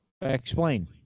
Explain